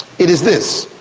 it is this,